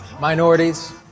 minorities